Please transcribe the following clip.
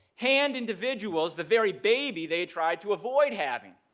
hand individuals the very baby they tried to avoid having.